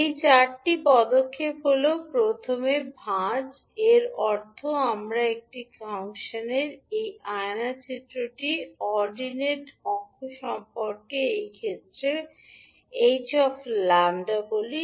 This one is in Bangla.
এই চারটি পদক্ষেপটি হল প্রথমে ভাঁজ হল এর অর্থ আমরা একটি ফাংশনের সেই আয়না চিত্রটি অর্ডিনেট অক্ষ সম্পর্কে এই ক্ষেত্রে ℎ 𝜆 বলি